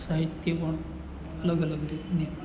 સાહિત્ય પણ અલગ અલગ રીતને